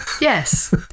Yes